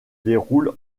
déroule